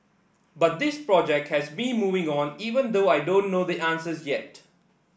but this project has me moving on even though I don't know the answers yet